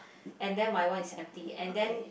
and then mine one is empty and then